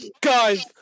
guys